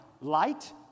light